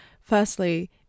Firstly